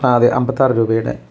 ആ അതെ അമ്പത്താറ് രൂപയുടെ